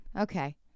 Okay